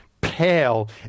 pale